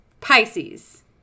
Pisces